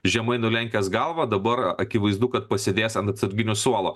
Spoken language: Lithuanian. žemai nulenkęs galvą dabar akivaizdu kad pasėdės ant atsarginių suolo